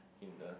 in the